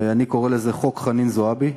אני קורא לזה חוק חנין זועבי.